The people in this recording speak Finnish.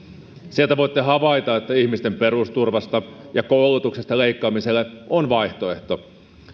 sieltä voitte havaita että ihmisten perusturvasta ja koulutuksesta leikkaamiselle on vaihtoehto